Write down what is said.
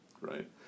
Right